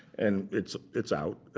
and it's it's out.